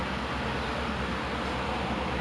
so I join like uh